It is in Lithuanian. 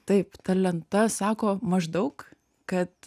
taip ta lenta sako maždaug kad